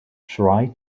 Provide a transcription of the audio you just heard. try